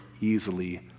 easily